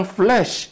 flesh